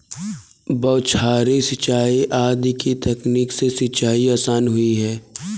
बौछारी सिंचाई आदि की तकनीक से सिंचाई आसान हुई है